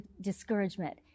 discouragement